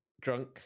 drunk